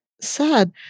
sad